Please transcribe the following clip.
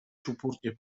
czupurnie